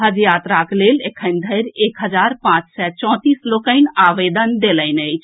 हज यात्राक लेल एखन धरि एक हजार पांच सय चौंतीस लोकनि आवेदन देलनि अछि